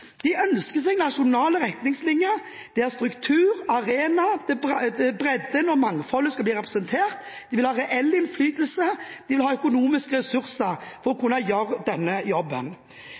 De ønsker seg nasjonale retningslinjer, der struktur, arena, bredden og mangfoldet skal bli representert, de vil ha reell innflytelse, de vil ha økonomiske ressurser for å kunne gjøre denne jobben.